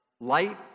Light